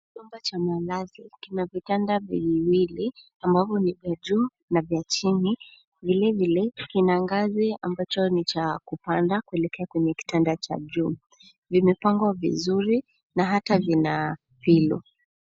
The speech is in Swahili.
Chumba cha malazi kina vitanda viwili ambavyo ni vya juu na vya chini vilevile kina ngazi ambacho ni cha kupanda kuelekea kitanda cha juu. Vimepangwa vizuri na hata vina pillow .